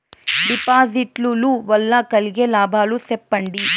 డిపాజిట్లు లు వల్ల కలిగే లాభాలు సెప్పండి?